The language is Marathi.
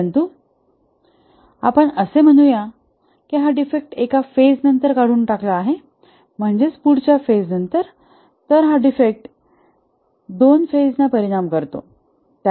परंतु आपण असे म्हणूया की हा डिफेक्ट एका फेज नंतर काढून टाकला आहे म्हणजेच पुढच्या फेज नंतर तर हा डिफेक्ट दोन फेज ना परिणाम करतो